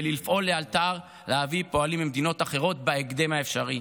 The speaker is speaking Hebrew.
ולפעול לאלתר להביא פועלים ממדינות אחרות בהקדם האפשרי.